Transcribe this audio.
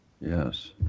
yes